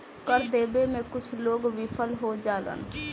कर देबे में कुछ लोग विफल हो जालन